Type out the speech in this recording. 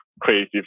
creative